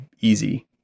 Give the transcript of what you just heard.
easy